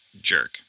jerk